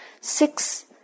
Six